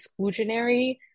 exclusionary